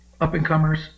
up-and-comers